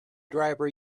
driver